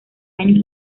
años